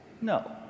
No